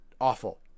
awful